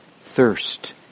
thirst